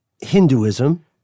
Hinduism